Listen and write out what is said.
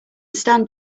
stand